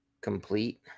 complete